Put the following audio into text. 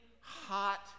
hot